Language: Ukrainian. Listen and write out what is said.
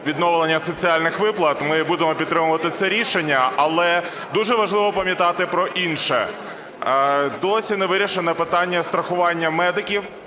відновлення соціальних виплат. Ми будемо підтримувати це рішення. Але дуже важливо пам'ятати про інше. Досі не вирішено питання страхування медиків.